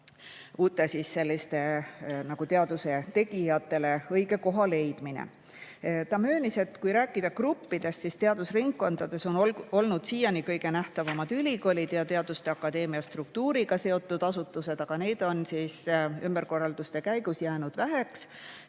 uutele teaduse tegijatele õige koha leidmine. Ta möönis, et kui rääkida gruppidest, siis teadusringkondades on olnud siiani kõige nähtavamad ülikoolid ja Eesti Teaduste Akadeemia struktuuriga seotud asutused, aga neid on ümberkorralduste käigus vähe